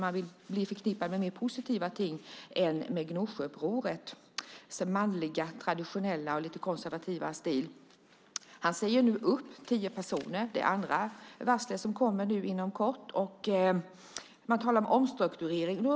Man vill bli förknippad med mer positiva ting än med Gnosjöupprorets manliga traditionella och lite konservativa stil. Han säger nu upp tio personer. Det är nu det andra varslet som kommit på kort tid. Man talar om omstrukturering.